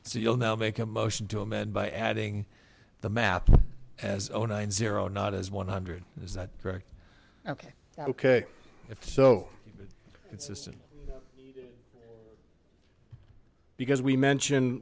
so you'll now make a motion to amend by adding the math as zero nine zero not as one hundred is that correct ok ok if so it's just because we mention